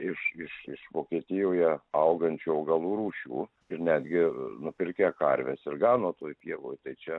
iš iš iš vokietijoje augančių augalų rūšių ir netgi nupirkę karves ir gano toj pievoj tai čia